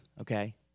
okay